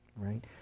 right